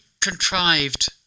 contrived